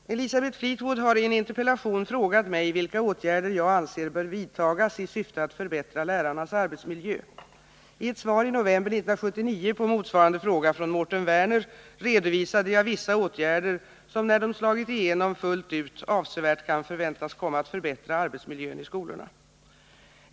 Herr talman! Elisabeth Fleetwood har i en interpellation frågat mig vilka åtgärder jag anser bör vidtas i syfte att förbättra lärarnas arbetsmiljö. I ett svar i november 1979 på motsvarande fråga från Mårten Werner redovisade jag vissa åtgärder som, när de har slagit igenom fullt ut, avsevärt kan förväntas komma att förbättra arbetsmiljön i skolorna.